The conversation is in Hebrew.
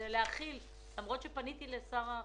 פניתי לשר החינוך,